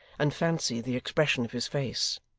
and fancy the expression of his face.